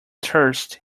thirst